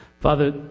Father